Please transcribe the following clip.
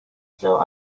still